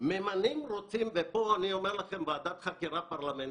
היו צריכים להיות פה נציגי פרקליטות,